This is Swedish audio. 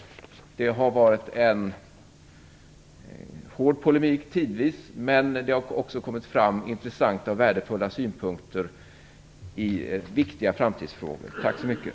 Det har varit en tidvis hård polemik, men det har också kommit fram intressanta och värdefulla synpunkter i viktiga framtidsfrågor. Tack så mycket!